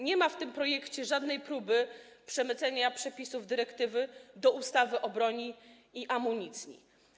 Nie ma w tym projekcie żadnej próby przemycenia przepisów dyrektywy do ustawy o broni i amunicji.